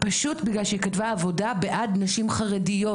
פשוט בגלל שהיא כתבה בעד נשים חרדיות,